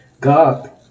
God